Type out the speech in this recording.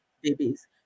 babies